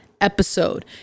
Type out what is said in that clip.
episode